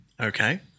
Okay